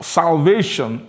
salvation